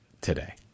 today